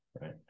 right